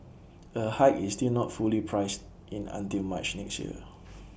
A hike is still not fully priced in until March next year